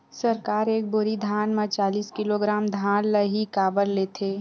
सरकार एक बोरी धान म चालीस किलोग्राम धान ल ही काबर लेथे?